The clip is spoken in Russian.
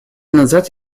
назад